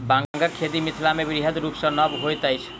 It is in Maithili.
बांगक खेती मिथिलामे बृहद रूप सॅ नै होइत अछि